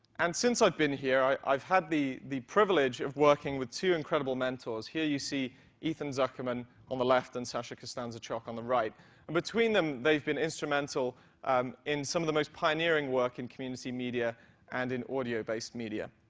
and since i've been here i've had the the privilege of working with two incredible mentors. here you see ethan zuckerman on the left and sasha costanza chock on the right. and between them, they've been instrumental um in some of the most pioneering work in community media and in audio-based media.